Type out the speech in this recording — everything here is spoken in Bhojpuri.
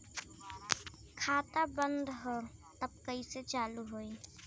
खाता बंद ह तब कईसे चालू होई?